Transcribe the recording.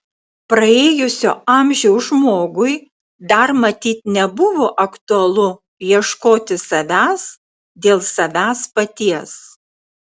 praėjusio amžiaus žmogui dar matyt nebuvo aktualu ieškoti savęs dėl savęs paties